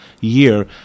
year